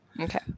Okay